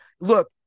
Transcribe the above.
Look